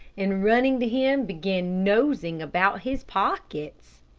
and running to him, began nosing about his pockets.